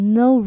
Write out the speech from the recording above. no